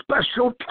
special